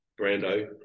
Brando